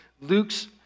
Luke's